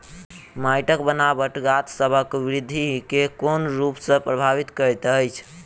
माइटक बनाबट गाछसबक बिरधि केँ कोन रूप सँ परभाबित करइत अछि?